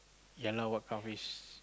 ya lah what kind of risk